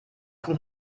kommt